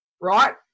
Right